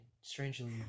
strangely